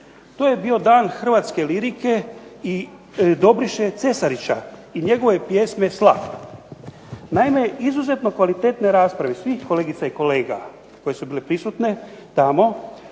to je bio dan Hrvatske lirike i Dobriše Cesarića i njegove pjesme „Slap“. Naime izuzetno kvalitetne rasprave svih kolegica i kolega, koje su bile prisutne tamo,